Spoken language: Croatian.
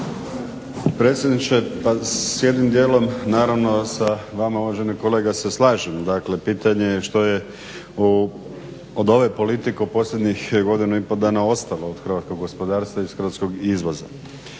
predsjedniče. Pa s jednim dijelom naravno sa vama uvaženi kolega se slažem, dakle pitanje je što je od ove politike u posljednjih godinu i pol dana ostalo od hrvatskog gospodarstva i hrvatskog izvoza.